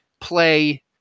play